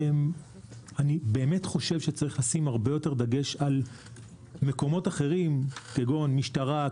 אני באמת חושב שצריך לשים דגש רב יותר על מקומות אחרים כגון משטרה,